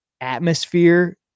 atmosphere